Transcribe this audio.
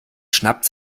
schnappt